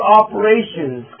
operations